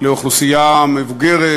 לאוכלוסייה מבוגרת,